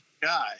guy